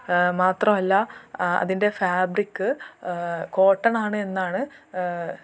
മാത്രമല്ല അതിൻ്റെ fabric cotton ആണ് എന്നാണ്